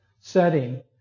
setting